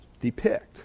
depict